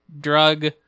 drug